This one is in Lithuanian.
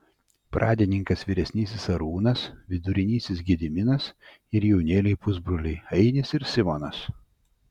pradininkas vyresnysis arūnas vidurinysis gediminas ir jaunėliai pusbroliai ainis ir simonas